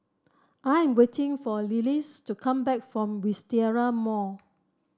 I am waiting for Lillis to come back from Wisteria Mall